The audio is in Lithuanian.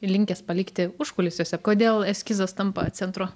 linkęs palikti užkulisiuose kodėl eskizas tampa centru